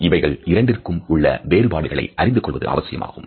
இவைகள் இரண்டிற்கும் உள்ள வேறுபாடுகளை அறிந்து கொள்வது அவசியமாகும்